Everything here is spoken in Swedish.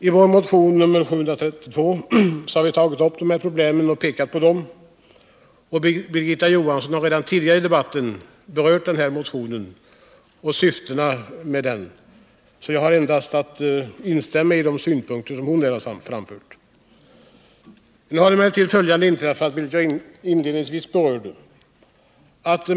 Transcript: I vår motion nr 732 har vi tagit upp dessa problem. Birgitta Johansson har tidigare i debatten berört motionen och dess innehåll, och jag kan instämma i de av henne framförda synpunkterna. Nu har emellertid följande inträffat, vilket jag inledningsvis berörde.